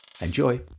Enjoy